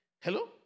Hello